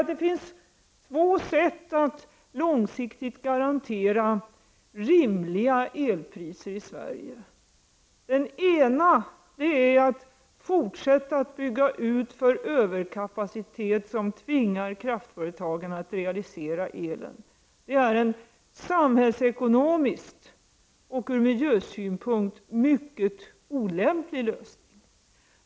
Det finns två sätt att långsiktigt garantera rimliga elpriser i Sverige. Det ena är att fortsätta att bygga ut för en överkapacitet som tvingar kraftföretagen att realisera elen. Detta är en från samhällsekonomisk synpunkt och från miljösynpunkt mycket olämplig lösning.